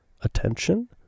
attention